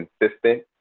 consistent